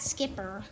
Skipper